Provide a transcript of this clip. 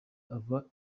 ava